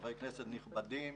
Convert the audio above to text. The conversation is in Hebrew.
חברי כנסת נכבדים,